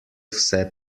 vse